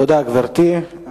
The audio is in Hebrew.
תודה, גברתי.